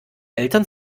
eltern